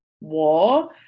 war